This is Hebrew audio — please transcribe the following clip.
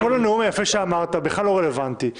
כל הנאום היפה שאמרת בכלל לא רלוונטי,